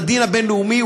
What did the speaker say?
לדין הבין-לאומי,